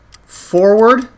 Forward